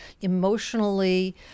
emotionally